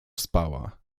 spała